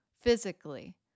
physically